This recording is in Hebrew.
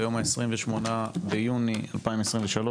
היום ה-28 ביוני 2023,